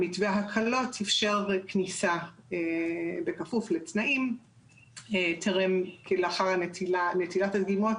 מתווה ההקלות אפשר כניסה בכפוף לתנאים לאחת נטילת הדגימות,